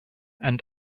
and